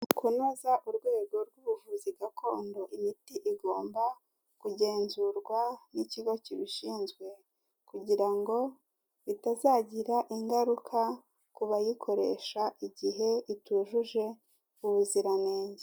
Mu kunoza urwego rw'ubuvuzi gakondo, imiti igomba kugenzurwa n'ikigo kibishinzwe kugira ngo bitazagira ingaruka ku bayikoresha, igihe itujuje ubuziranenge.